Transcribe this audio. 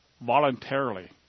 voluntarily